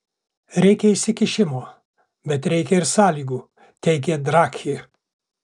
reikia įsikišimo bet reikia ir sąlygų teigė draghi